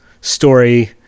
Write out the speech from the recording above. story